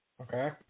Okay